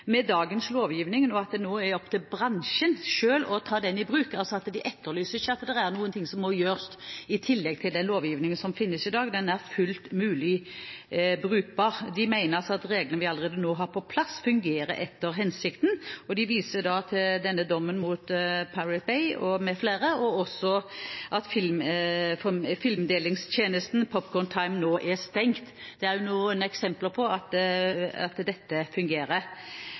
med dagens lovgivning, og at det nå er opp til bransjen selv å ta den i bruk. De etterlyser altså ikke at det er noe som må gjøres i tillegg til den lovgivningen som finnes i dag. Den er fullt brukbar. De mener altså at de reglene vi allerede nå har på plass, fungerer etter hensikten, og de viser til dommen mot The Pirate Bay m.fl., og at filmdelingstjenesten Popcorn Time nå er stengt. Dette er noen eksempler på at dette fungerer.